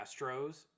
astros